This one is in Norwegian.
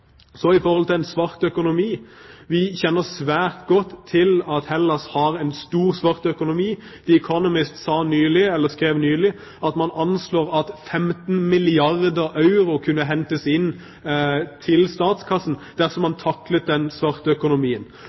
Så til en svart økonomi: Vi kjenner svært godt til at Hellas har en stor svart økonomi. The Economist skrev nylig at man anslår at 15 milliarder euro kunne hentes inn til statskassen dersom man taklet den svarte økonomien.